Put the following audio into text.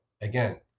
again